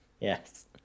yes